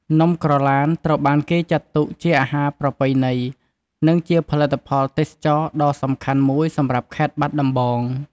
នំក្រឡានត្រូវបានគេចាត់ទុកជាអាហារប្រពៃណី និងជាផលិតផលទេសចរណ៍ដ៏សំខាន់មួយសម្រាប់ខេត្តបាត់ដំបង។